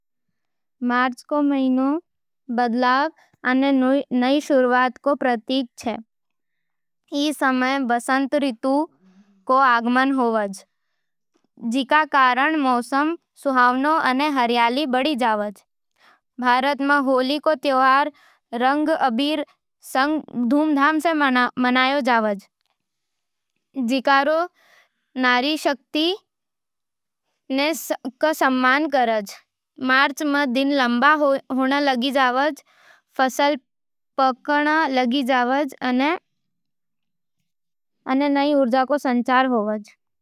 मार्च रो महीनो बदलाव अने नई शुरुआत रो प्रतीक छे। ई समय बसंत ऋतु रो आगमन होवे, जिकरो कारण मौसम सुहावनो अने हरियाली बढ़े। भारत में होली रो त्यौहार रंग-अबीर सगै धूमधाम सै मनावै, जिकरो प्रेम अने भाईचारे रो प्रतीक छे। कई देशों में महिला दिवस मनावै जावे, जिकरो नारी शक्ति रो सम्मान करज। मार्च में दिन लम्बा होण लागे, फसल पकण लागे अने नई ऊर्जा|